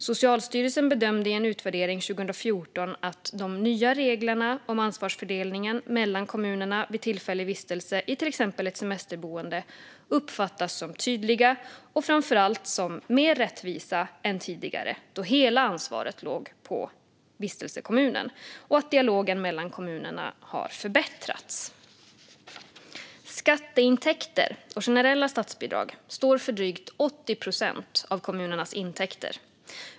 Socialstyrelsen bedömde i en utvärdering 2014 att de nya reglerna om ansvarsfördelning mellan kommunerna vid tillfällig vistelse i till exempel ett semesterboende uppfattas som tydliga och framför allt som mer rättvisa än tidigare, då hela ansvaret låg på vistelsekommunen, och att dialogen mellan kommunerna har förbättrats. Skatteintäkter och generella statsbidrag står för drygt 80 procent av kommunernas intäkter.